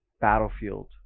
battlefield